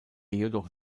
jedoch